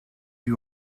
you